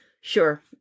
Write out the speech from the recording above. Sure